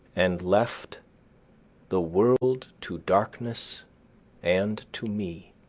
and left the world to darkness and to me,